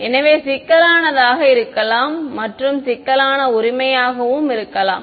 எனவே சிக்கலானதாக இருக்கலாம் மற்றும் சிக்கலான உரிமையாகவும் இருக்கலாம்